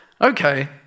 Okay